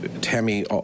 Tammy